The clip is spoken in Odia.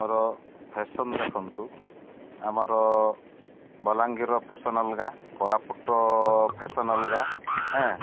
ଆମର ଫେସନ୍ ଦେଖନ୍ତୁ ଆମର ବଲାଙ୍ଗୀର ଫେସନ୍ ଅଲଗା କୋରାପୁଟ ଫେସନ୍ ଅଲଗା ଏଁ